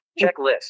Checklist